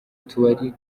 tubari